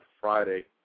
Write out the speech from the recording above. Friday